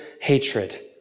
hatred